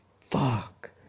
fuck